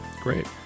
Great